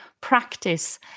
practice